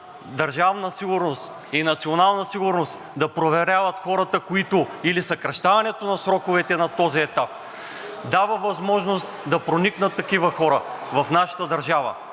„Държавна сигурност“ и „Национална сигурност“ да проверяват хората, които… или съкращаването на сроковете на този етап, дава възможност да проникнат такива хора в нашата държава